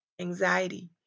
anxiety